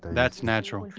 that's natural.